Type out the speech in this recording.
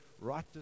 right